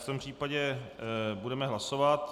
V tom případě budeme hlasovat.